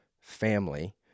family